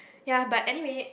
ya but anyway